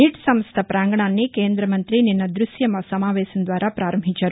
neat సంస్థ ప్రాంగణాన్ని కేంద్రమంతి నిన్న ద్బశ్య సమావేశం ద్వారా పారంభించారు